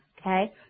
Okay